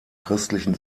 christlichen